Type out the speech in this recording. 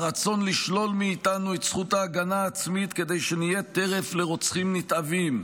הרצון לשלול מאיתנו את זכות ההגנה העצמית כדי שנהיה טרף לרוצחים נתבעים,